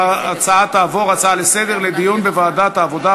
ההצעה לסדר-היום תעבור לדיון בוועדת העבודה,